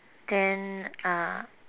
then uh